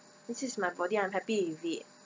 this is my body I am happy with it